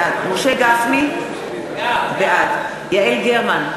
בעד משה גפני, בעד יעל גרמן,